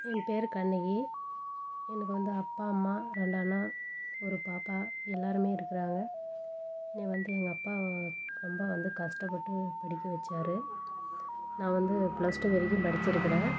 என் பேர் கண்ணகி எனக்கு வந்து அப்பா அம்மா ரெண்டு அண்ணா ஒரு பாப்பா எல்லாருமே இருக்கிறாங்க என்னைவந்து எங்கள் அப்பாவை ரொம்ப வந்து கஷ்டப்பட்டு படிக்க வச்சாரு நான் வந்து பிளஸ் டூ வரைக்கும் படித்திருக்குறேன்